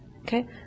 Okay